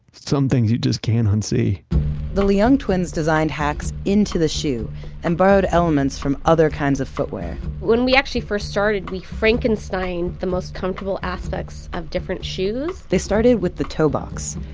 some things you just can't unsee the liang twins design hacks into the shoe and borrowed elements from other kinds of footwear when we actually first started, we frankensteined the most comfortable aspects of different shoes they started with the toe box,